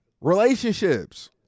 Relationships